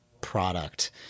product